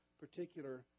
particular